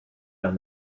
done